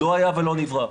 לא היה ולא נברא,